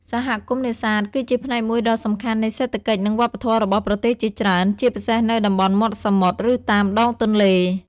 សហគមន៍នេសាទគឺជាផ្នែកមួយដ៏សំខាន់នៃសេដ្ឋកិច្ច និងវប្បធម៌របស់ប្រទេសជាច្រើន ជាពិសេសនៅតំបន់មាត់សមុទ្រ ឬតាមដងទន្លេ។